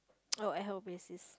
oh ad hoc basis